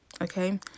Okay